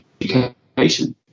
education